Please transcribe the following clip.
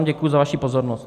Děkuji vám za vaši pozornost.